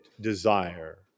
desire